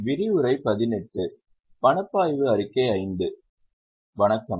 வணக்கம்